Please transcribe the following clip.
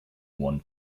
one